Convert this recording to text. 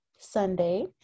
Sunday